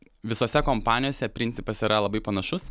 visose kompanijose principas yra labai panašus